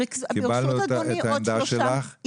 קיבלנו את העמדה שלך --- ברשות אדוני,